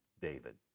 David